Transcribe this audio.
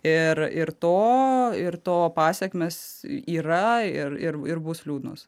ir ir to ir to pasekmės yra ir ir ir bus liūdnos